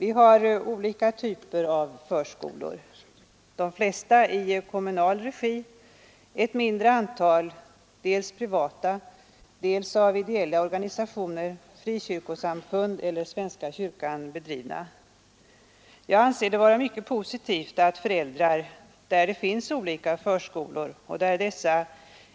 Vi har olika typer av förskolor, de flesta i kommunal regi, ett mindre antal dels privata, dels av ideella organisationer, frikyrkosamfund eller svenska kyrkan bedrivna. Jag anser det vara mycket positivt att föräldrar, där det finns olika förskolor och där dessa